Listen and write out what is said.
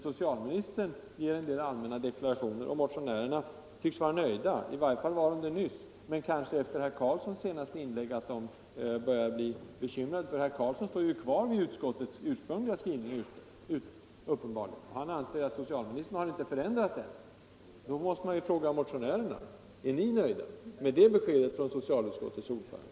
Socialministern gör emellertid en del all Ekonomiskt stöd åt männa deklarationer, och motionärerna tycks vara nöjda, i varje fall var de det nyss. Men efter herr Karlssons senaste inlägg börjar de kanske bli litet olyckliga, för herr Karlsson står uppenbarligen kvar vid utskottets ursprungliga skrivning. Han anser att socialministern inte har förändrat den. Då måste jag fråga motionärerna: Är ni nöjda med det beskedet från socialutskottets ordförande?